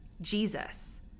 Jesus